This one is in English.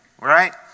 right